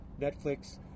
Netflix